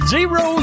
Zero